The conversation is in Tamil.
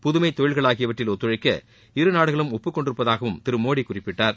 புதுமை கொழில்கள் ஆகியவற்றில் ஒத்துழைக்க இருநாடுகளும் ஒப்புக் கொண்டிருப்பதாகவும் திரு மோடி குறிப்பிட்டார்